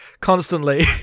constantly